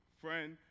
friend